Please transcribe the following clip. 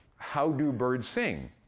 how do birds sing?